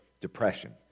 depression